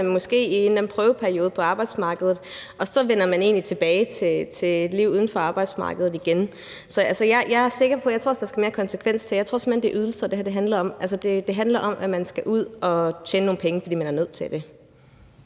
man måske i en eller anden prøveperiode på arbejdsmarkedet, og så vender man egentlig tilbage til et liv uden for arbejdsmarkedet igen. Så jeg tror, der skal mere konsekvens til. Jeg tror simpelt hen, det er ydelser, som det her handler om. Altså, det handler om, at man skal ud at tjene nogle penge, fordi man er nødt til det.